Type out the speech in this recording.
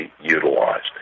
utilized